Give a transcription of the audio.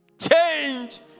Change